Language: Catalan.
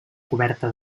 coberta